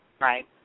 Right